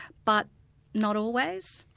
but not always.